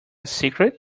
secret